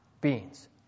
Beans